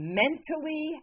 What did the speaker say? mentally